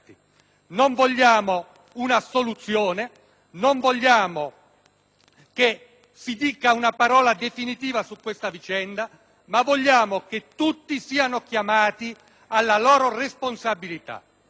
che si dica una parola definitiva su questa vicenda, ma vogliamo che tutti siano chiamati alla loro responsabilità. Non poniamo un problema politico di Gruppo: